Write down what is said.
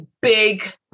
big